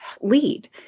lead